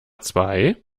zwei